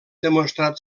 demostrat